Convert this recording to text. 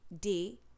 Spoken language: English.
day